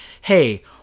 hey